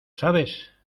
sabes